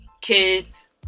Kids